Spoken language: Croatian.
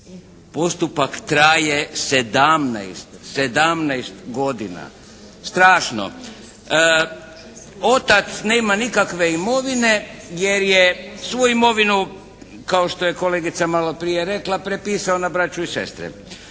Postupak traje 17 godina. Strašno! Otac nema nikakve imovine jer je svu imovinu kao što je kolegica malo prije rekla prepisao na braću i sestre,